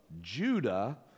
Judah